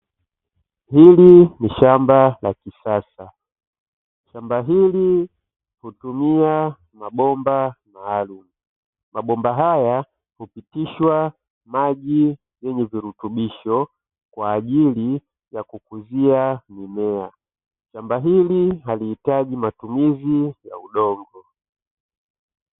Hili ni shamba la kisasa, shamba hili hutumia mabomba maalumu, mabomba haya hupitishwa maji yenye virutubisho kwa ajili ya kukuzia mimea, shamba hili halihitaji matumizi ya udongo.